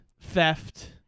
theft